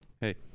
Hey